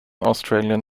australian